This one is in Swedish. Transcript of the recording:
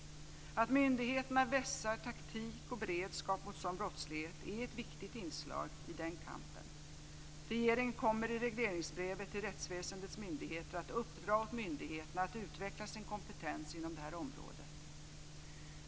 Att myndigheterna vässar taktik och beredskap mot sådan brottslighet är ett viktigt inslag i kampen. Regeringen kommer i regleringsbreven till rättsväsendets myndigheter att uppdra åt myndigheterna att utveckla sin kompetens på området.